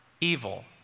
evil